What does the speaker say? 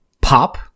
pop